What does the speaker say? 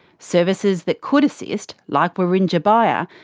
services that could assist, like wirringa baiya,